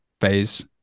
phase